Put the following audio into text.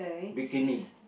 bikini